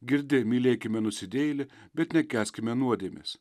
girdi mylėkime nusidėjėlį bet nekęskime nuodėmės